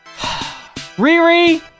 Riri